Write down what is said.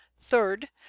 Third